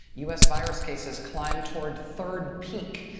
u s. virus cases climb toward third peak.